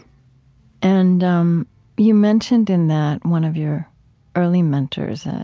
and um you mentioned in that one of your early mentors,